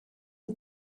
die